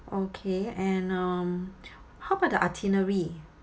okay and um how about the itinerary